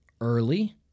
early